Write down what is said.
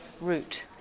route